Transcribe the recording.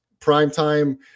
primetime